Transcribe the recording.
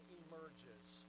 emerges